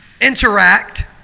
interact